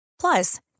Plus